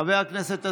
חבר הכנסת אזולאי,